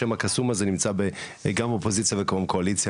השם הקסום הזה נמצא גם באופוזיציה וגם בקואליציה.